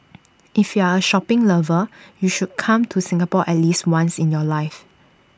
if you are A shopping lover you should come to Singapore at least once in your life